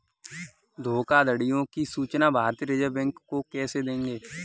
धोखाधड़ियों की सूचना भारतीय रिजर्व बैंक को कैसे देंगे?